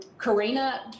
Karina